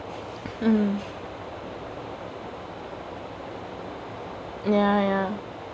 mm ya ya